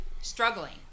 struggling